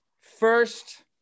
first